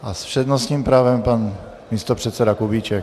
A s přednostním právem pan místopředseda Kubíček.